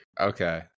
Okay